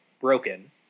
broken